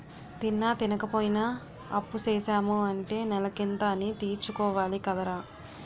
తిన్నా, తినపోయినా అప్పుసేసాము అంటే నెలకింత అనీ తీర్చుకోవాలి కదరా